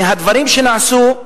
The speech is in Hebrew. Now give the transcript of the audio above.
מהדברים שנעשו: